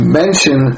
mention